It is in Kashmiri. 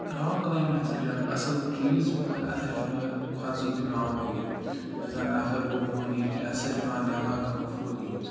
راک کلایمبِنٛگ ہَسا چھِ اکھ اَصل چیٖز مَگَر اتھ حظ چھُ مَگَر کھوژُن تہِ پیٚوان واریاہ اگر سہَ نَفَر گو بۄن یا کینٛہہ اتھ سہَ چھُ پیٚوان دٮ۪ماغ کَرُن فُل یوٗز